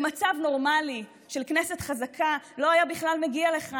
במצב נורמלי של כנסת חזקה לא היה מגיע לכאן בכלל.